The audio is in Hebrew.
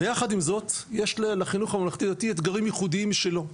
ויחד עם זאת יש לחינוך הממלכתי דתי אתגרים ייחודיים משלו,